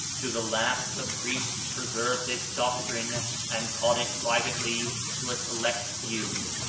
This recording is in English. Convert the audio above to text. to the last the priests preserved this doctrine and taught it privately to a select few.